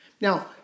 Now